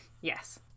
Yes